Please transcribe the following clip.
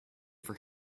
for